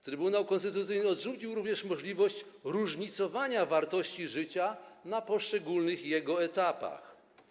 Trybunał Konstytucyjny odrzucił również możliwość różnicowania wartości życia na poszczególnych jego etapach.